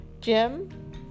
jim